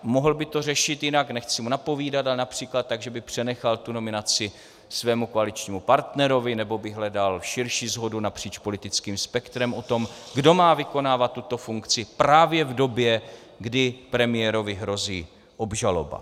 Mohl by to řešit jinak, nechci mu napovídat, ale například tak, že by přenechal tu nominaci svému koaličnímu partnerovi nebo by hledal širší shodu napříč politickým spektrem o tom, kdo má vykonávat tuto funkci právě v době, kdy premiérovi hrozí obžaloba.